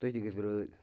تُہۍ تہِ گٔژھِو رٲضۍ